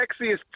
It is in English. sexiest